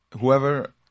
whoever